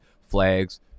flags